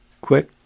Quick